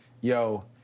yo